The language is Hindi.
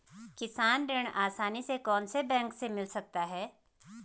किसान ऋण आसानी से कौनसे बैंक से मिल सकता है?